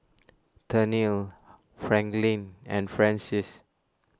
Tennille Franklyn and Frances